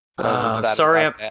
Sorry